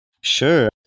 Sure